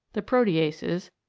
the proteases,